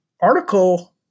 Article